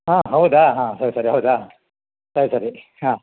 ಹಾಂ ಹೌದಾ ಹಾಂ ಸರಿ ಸರಿ ಹೌದಾ ಸರಿ ಸರಿ ಹಾಂ